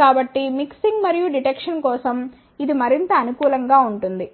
కాబట్టి మిక్సింగ్ మరియు డిటెక్షన్ కోసం ఇది మరింత అనుకూలం గా ఉంటుంది